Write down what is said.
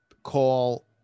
call